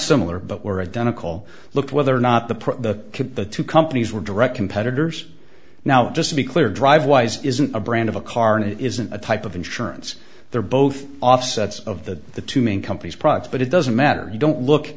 similar but were identical looked whether or not the two companies were direct competitors now just to be clear dr wise isn't a brand of a car and it isn't a type of insurance they're both offsets of that the two company's profits but it doesn't matter you don't look